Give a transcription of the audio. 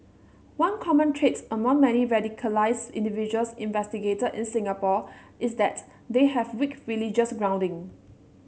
one common trait among many radicalised individuals investigated in Singapore is that they have weak religious grounding